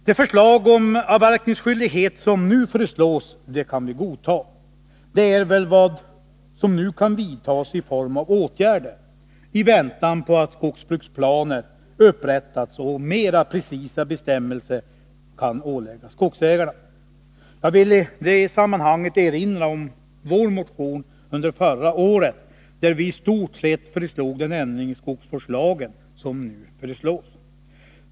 Det förslag om avverkningsskyldighet som nu föreslås kan vi godta, det är väl vad som nu kan vidtas i form av åtgärder, i väntan på att skogsbruksplaner upprättats och mera precisa bestämmelser kan åläggas skogsägarna. Jag vill i det sammanhanget erinra om vår motion under förra året, där vi i stort sett föreslog den ändring i skogsvårdslagen som nu föreslås.